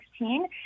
2016